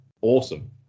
awesome